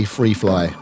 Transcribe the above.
Freefly